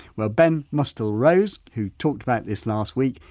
well ben mustill-rose, who talked about this last week,